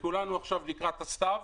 וכולנו עכשיו לקראת הסתיו.